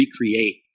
recreate